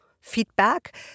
feedback